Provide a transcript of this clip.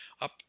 up